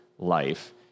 Life